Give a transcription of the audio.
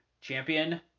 Champion